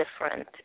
different